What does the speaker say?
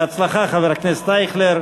בהצלחה, חבר הכנסת אייכלר.